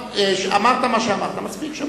אמרת מה שאמרת, מספיק.